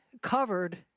covered